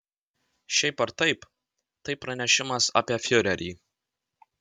šiaip ar taip tai pranešimas apie fiurerį